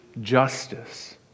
justice